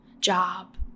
job